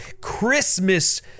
christmas